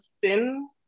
thin